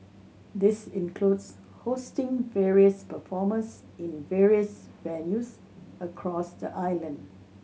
this includes hosting various performers in various venues across the island